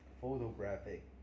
photographic